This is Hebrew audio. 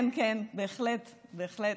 כן, כן, בהחלט, בהחלט.